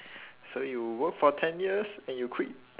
so you work for ten years and you quit